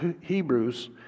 Hebrews